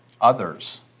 others